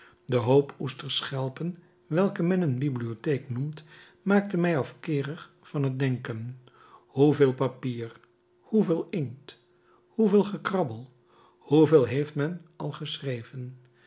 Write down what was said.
de hoop oesterschelpen welken men een bibliotheek noemt maakt mij afkeerig van het denken hoeveel papier hoeveel inkt hoeveel gekrabbel hoeveel heeft men al geschreven